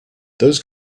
those